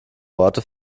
worte